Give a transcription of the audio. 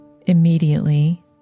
immediately